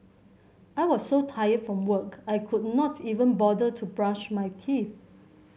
I was so tired from work I could not even bother to brush my teeth